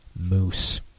moose